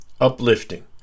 uplifting